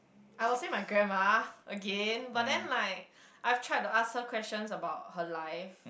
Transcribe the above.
I will say my grandma again but then like I have tried to ask her questions about her life